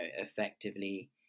effectively